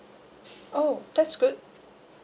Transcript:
oh that's good